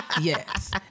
Yes